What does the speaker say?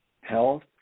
health